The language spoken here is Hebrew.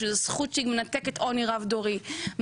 שזו זכות שמנתקת עוני רב דורי,